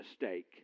mistake